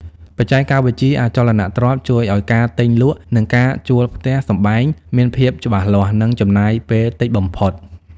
បច្ចេកវិទ្យាអចលនទ្រព្យជួយឱ្យការទិញលក់ និងការជួលផ្ទះសម្បែងមានភាពច្បាស់លាស់ និងចំណាយពេលតិចបំផុត។